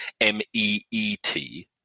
M-E-E-T